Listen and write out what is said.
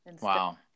Wow